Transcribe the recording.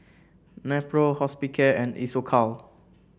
Nepro Hospicare and Isocal